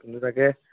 কেনেবাকৈ